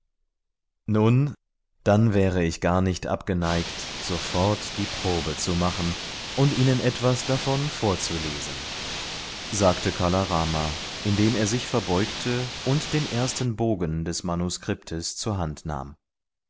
nun dann wäre ich gar nicht abgeneigt sofort die probe zu machen und ihnen etwas davon vorzulesen sagte kala rama indem er sich vorbeugte und den ersten bogen des manuskriptes zur hand nahm